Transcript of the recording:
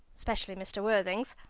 especially mr. worthing's.